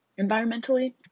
environmentally